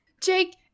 Jake